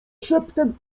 szeptem